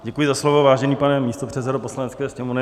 Děkuji za slovo, vážený pane místopředsedo Poslanecké sněmovny.